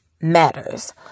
matters